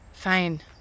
Fine